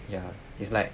ya it's like